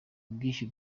ubwishyu